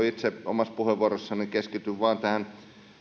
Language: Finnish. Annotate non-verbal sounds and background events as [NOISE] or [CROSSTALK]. [UNINTELLIGIBLE] itse omassa puheenvuorossani keskityn vain tähän